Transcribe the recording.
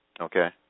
okay